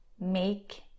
make